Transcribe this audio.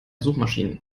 suchmaschinen